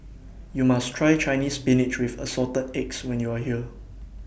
YOU must Try Chinese Spinach with Assorted Eggs when YOU Are here